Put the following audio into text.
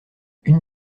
une